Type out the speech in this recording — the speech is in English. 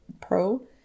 pro